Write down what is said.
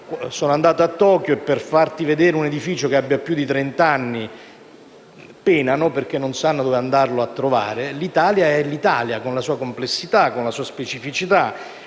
sono andato a Tokyo e lì è difficile vedere un edificio che abbia più di trent'anni perché non sanno dove andarlo a trovare. L'Italia è l'Italia, con la sua complessità, con la sua specificità,